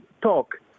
talk